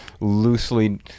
loosely